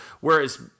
Whereas